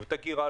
מדיניות הגירה,